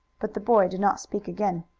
but the boy did not speak again.